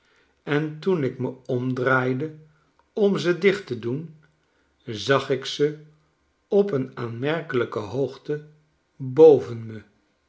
ik me omdraaide om ze dicht te doen zag ik ze op een aanmerkelijke hoogte